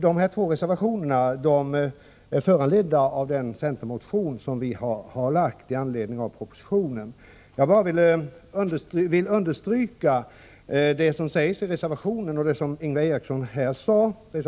Dessa två reservationer är föranledda av den centermotion som vi har väckt med anledning av propositionen. Jag vill understryka vad som sägs i reservation 6 och vad som Ingvar Eriksson här framhöll.